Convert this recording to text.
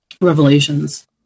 Revelations